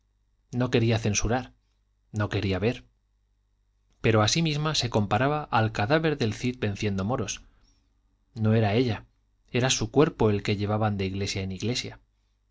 no quería censurar no quería ver pero a sí misma se comparaba al cadáver del cid venciendo moros no era ella era su cuerpo el que llevaban de iglesia en iglesia